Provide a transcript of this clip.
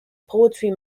poetry